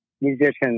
musicians